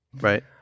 right